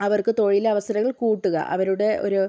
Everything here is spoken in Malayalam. അവർക്ക് തൊഴിലവസരങ്ങൾ കൂട്ടുക അവരുടെ ഒരു